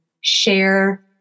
share